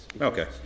Okay